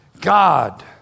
God